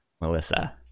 Melissa